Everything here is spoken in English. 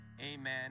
amen